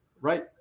right